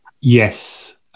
Yes